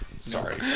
sorry